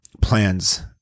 plans